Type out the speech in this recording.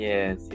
Yes